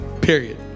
Period